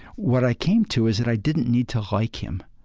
what i came to is that i didn't need to like him.